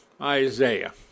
Isaiah